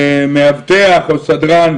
כמה פעמים אתם עושים דברים כאלה?